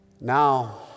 Now